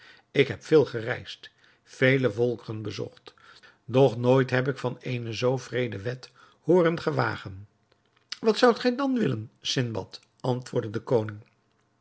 ik heb veel gereisd vele volkeren bezocht doch nooit heb ik van eene zoo wreede wet hooren gewagen wat zoudt gij dan willen sindbad antwoordde de koning